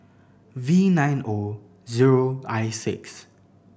v nine O zero I six